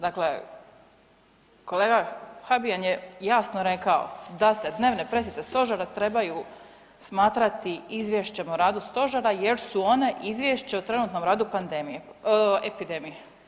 Dakle, kolega Habijan je jasno rekao da se dnevne pressice Stožera trebaju smatrati Izvješćem o radu Stožera jer su one Izvješće o trenutnom radu epidemije.